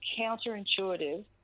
counterintuitive